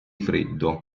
freddo